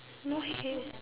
no head